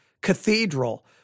cathedral